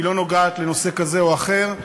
היא לא נוגעת לנושא כזה או אחר.